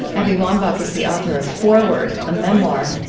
abby wambach is the author of forward a memoir.